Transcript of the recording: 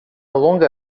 longa